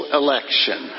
election